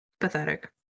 pathetic